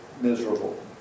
miserable